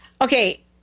okay